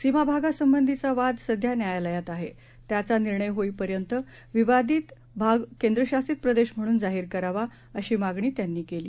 सीमाभागासंबंधीचावादसध्यान्यायालयातआहे त्याचा निर्णय होईपर्यंत विवादितहाभागकेंद्रशासितप्रदेशम्हणूनजाहीरकरावा अशीमागणीत्यांनीकेली